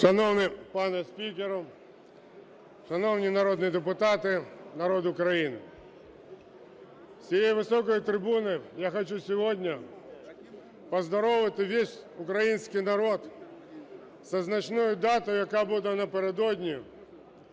Шановний пане спікере, шановні народні депутати, народ України, з цієї високої трибуни я хочу сьогодні поздоровити весь український народ зі значною датою, яка буде напередодні.